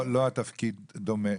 לא התפקיד דומה,